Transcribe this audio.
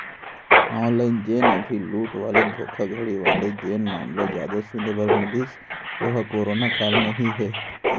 online जेन अभी लूट वाले धोखाघड़ी वाले जेन मामला जादा सुने बर मिलिस ओहा करोना काल म ही हे